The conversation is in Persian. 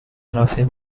رفتیم